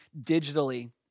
digitally